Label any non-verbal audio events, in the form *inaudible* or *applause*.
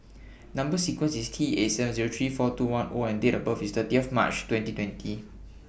Number sequence IS T *unintelligible* three four two one O and Date of birth IS thirty *unintelligible* March twenty twenty